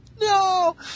No